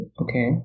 Okay